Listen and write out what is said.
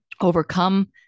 overcome